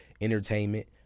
entertainment